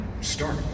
start